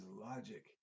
logic